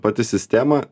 pati sistema